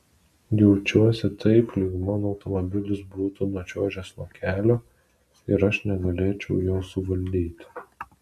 jaučiuosi taip lyg mano automobilis būtų nučiuožęs nuo kelio ir aš negalėčiau jo suvaldyti